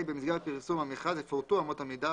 במסגרת פרסום המכרז יפורטו אמות המידה,